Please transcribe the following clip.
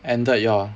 ended your